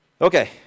Okay